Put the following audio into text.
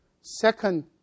second